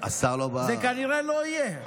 זה כנראה לא יהיה.